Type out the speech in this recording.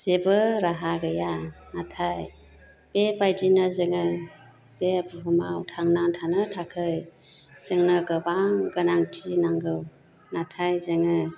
जेबो राहा गैया नाथाय बेबायदिनो जोङो बे बुहुमाव थांना थानो थाखाय जोंनो गोबां गोनांथि नांगौ नाथाय जोङो